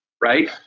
right